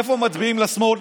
איפה מצביעים לשמאל.